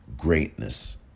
greatness